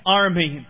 army